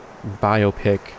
biopic